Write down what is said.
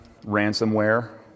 ransomware